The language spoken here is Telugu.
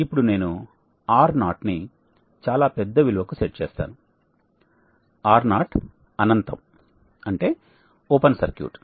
ఇప్పుడు నేను R0 ని చాలా పెద్ద విలువకు సెట్ చేస్తాను R0 అనంతం అంటే ఓపెన్ సర్క్యూట్